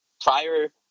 prior